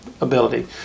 ability